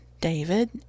David